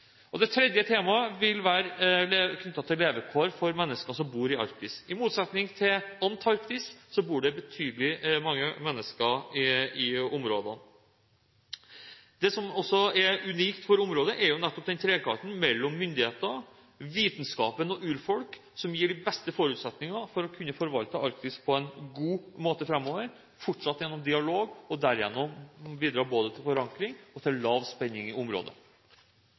Det tredje temaet vil være knyttet til levekår for menneskene som bor i Arktis. I motsetning til i Antarktis bor det betydelig mange mennesker i områdene. Det som også er unikt for området, er nettopp trekanten mellom myndigheter, vitenskap og urfolk, som gir de beste forutsetninger for å kunne forvalte Arktis på en god måte framover – fortsatt gjennom dialog – og derigjennom bidra både til forankring og til lav spenning i området.